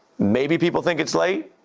maybe people think it's late.